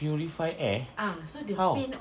purify air how